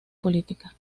política